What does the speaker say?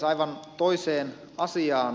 aivan toiseen asiaan